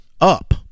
up